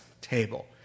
table